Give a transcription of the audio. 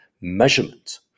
measurement